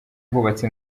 hubatse